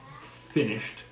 finished